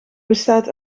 bestaat